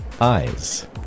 eyes